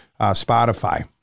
Spotify